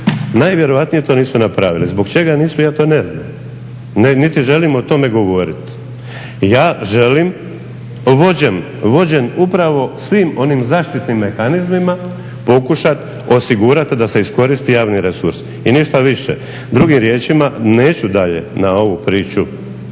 Najvjerojatnije to nisu napravili, zbog čega nisu ja to ne znam niti želim o tome govoriti. Ja želim vođen upravo svim onim zaštitnim mehanizmima pokušat osigurat da se iskoristi javni resurs i ništa više. Drugim riječima, neću dalje na ovu priču